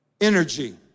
energy